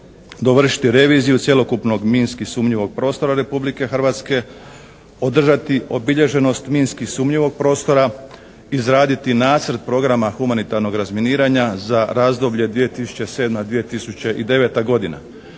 dovršiti reviziju cjelokupnog minski sumnjivog prostora Republike Hrvatske, održati obilježenost minski sumnjivog prostora, izraditi nacrt programa humanitarnog razminiranja za razdoblje 2007./2009. godine,